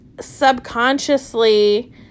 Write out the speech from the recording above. subconsciously